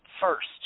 first